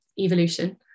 evolution